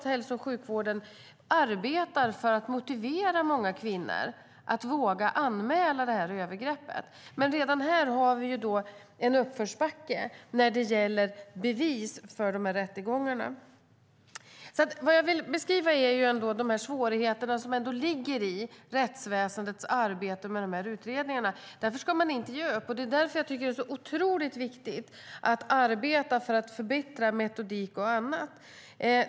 Hälso och sjukvården arbetar också för att motivera kvinnor att anmäla övergrepp. Redan här finns dock en uppförsbacke när det gäller bevis som behövs i en rättegång. Jag vill beskriva de svårigheter som ligger i rättsväsendets arbete med dessa utredningar. Man ska inte ge upp. Därför är det otroligt viktigt att arbeta för att förbättra metodik och annat.